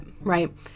right